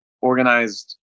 organized